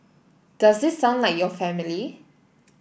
does this sound like your family